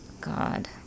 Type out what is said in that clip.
God